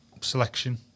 selection